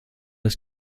des